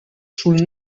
sul